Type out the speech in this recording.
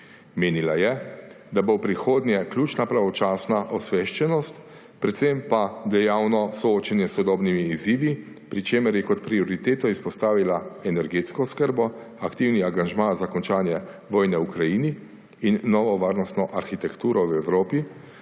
Menila je, da bo v prihodnje ključna pravočasna osveščenost, predvsem pa dejavno soočenje s sodobnimi izzivi, pri čemer je kot prioriteto izpostavila energetsko oskrbo, aktivni angažma za končanje vojne v Ukrajini in novo varnostno arhitekturo v Evropi